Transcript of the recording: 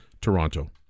toronto